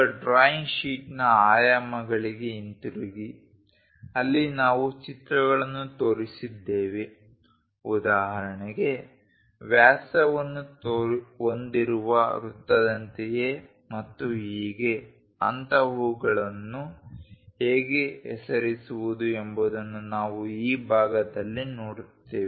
ಈಗ ಡ್ರಾಯಿಂಗ್ ಶೀಟ್ನ ಆಯಾಮಗಳಿಗೆ ಹಿಂತಿರುಗಿ ಅಲ್ಲಿ ನಾವು ಚಿತ್ರಗಳನ್ನು ತೋರಿಸಿದ್ದೇವೆ ಉದಾಹರಣೆಗೆ ವ್ಯಾಸವನ್ನು ಹೊಂದಿರುವ ವೃತ್ತದಂತೆಯೇ ಮತ್ತು ಹೀಗೆ ಅಂತಹವುಗಳನ್ನು ಹೇಗೆ ಹೆಸರಿಸುವುದು ಎಂಬುದನ್ನು ನಾವು ಈ ಭಾಗದಲ್ಲಿ ನೋಡುತ್ತೇವೆ